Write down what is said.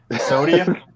Sodium